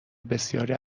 بسیاری